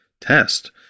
test